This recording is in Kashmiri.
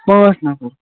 پانٛژھ نفر